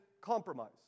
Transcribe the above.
compromise